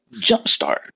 jumpstart